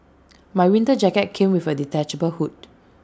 my winter jacket came with A detachable hood